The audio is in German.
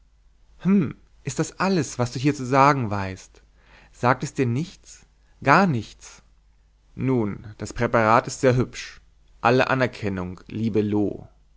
ist das alles was du hier zu sagen weißt sagt es dir nichts garnichts nun das präparat ist sehr hübsch alle anerkennung liebe loo